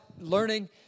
learning